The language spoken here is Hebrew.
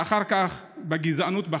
ואחר כך בגזענות בחקיקה.